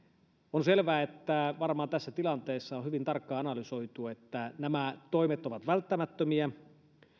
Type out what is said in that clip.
on selvää että varmaan tässä tilanteessa on hyvin tarkkaan analysoitu että nämä toimet ovat välttämättömiä